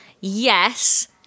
yes